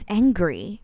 angry